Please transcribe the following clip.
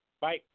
Bye